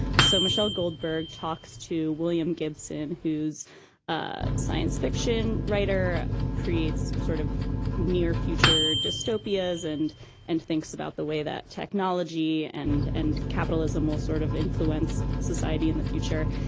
so michelle goldberg talks to william gibson, who's a science fiction writer, creates sort of near future dystopias and and thinks about the way that technology and and capitalism will sort of influence society in the future.